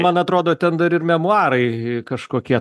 man atrodo ten dar ir memuarai kažkokie